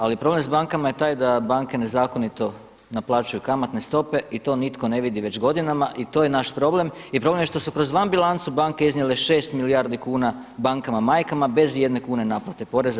Ali problem s bankama je taj da banke nezakonito naplaćuju kamatne stope i to nitko ne vidi već godinama i to je naš problem i problem je što su kroz van bilancu banke iznijele 6 milijardi kuna bankama majkama bez i jedne kune naplate poreza.